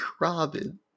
Robin